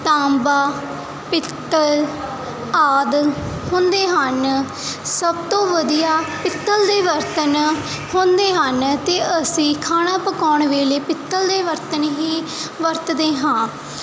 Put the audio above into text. ਤਾਂਬਾ ਪਿੱਤਲ ਆਦਿ ਹੁੰਦੇ ਹਨ ਸਭ ਤੋਂ ਵਧੀਆ ਪਿੱਤਲ ਦੇ ਬਰਤਨ ਹੁੰਦੇ ਹਨ ਅਤੇ ਅਸੀਂ ਖਾਣਾ ਪਕਾਉਣ ਵੇਲੇ ਪਿੱਤਲ ਦੇ ਬਰਤਣ ਹੀ ਵਰਤਦੇ ਹਾਂ